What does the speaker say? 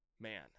man